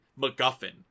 MacGuffin